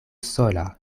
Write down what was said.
sola